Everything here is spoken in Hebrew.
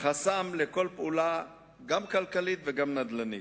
חסם לכל פעולה, גם כלכלית וגם נדל"נית.